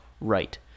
right